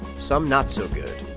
some not so good